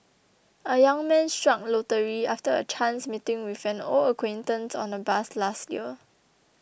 a young man struck lottery after a chance meeting with an old acquaintance on a bus last year